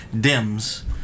dims